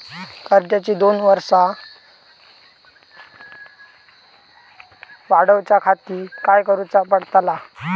कर्जाची दोन वर्सा वाढवच्याखाती काय करुचा पडताला?